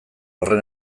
horren